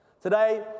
Today